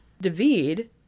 David